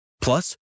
Plus